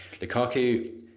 Lukaku